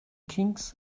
kings